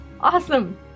Awesome